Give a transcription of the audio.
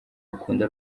bakunda